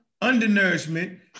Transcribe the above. undernourishment